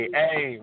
hey